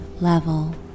level